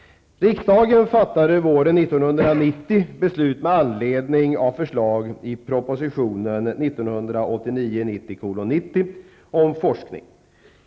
Riksdagen fattade våren 1990 beslut med anledning av förslag i propositionen 1989/90:90 om forskning.